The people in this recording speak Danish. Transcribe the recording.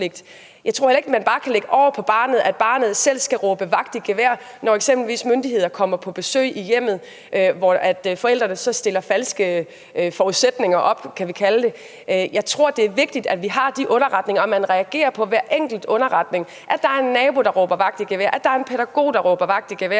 Jeg tror heller ikke, at man bare kan lægge over på barnet, at barnet selv skal råbe vagt i gevær, når eksempelvis myndigheder kommer på besøg i hjemmet og forældrene stiller falske forudsætninger op, som vi kan kalde det. Jeg tror, det er vigtigt, at vi har de underretninger, og at man reagerer på hver enkelt underretning – ved at der er en nabo, der råber vagt i gevær, ved at der er en pædagog, der råber vagt i gevær,